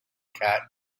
cat